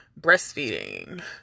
breastfeeding